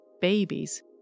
babies